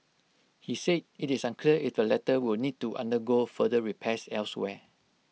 he said IT is unclear if the latter will need to undergo further repairs elsewhere